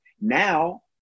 Now